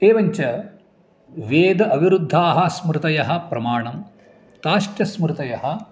एवञ्च वेद अविरुद्धाः स्मृतयः प्रमाणं ताश्च स्मृतयः